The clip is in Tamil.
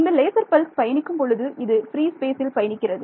இந்த லேசர் பல்ஸ் பயணிக்கும் பொழுது இது ஃப்ரீ ஸ்பேசில் பயணிக்கிறது